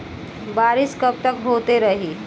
बरिस कबतक होते रही?